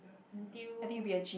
until